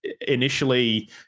initially